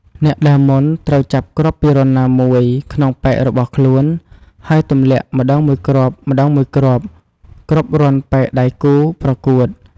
អ្នកដើរមុន ត្រូវចាប់គ្រាប់ពីរន្ធណាមួយ ក្នុងប៉ែករបស់ខ្លួន ហើយទម្លាក់ម្ដងមួយគ្រាប់ៗគ្រប់រន្ធប៉ែកដៃគូរប្រកួត។